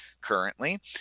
currently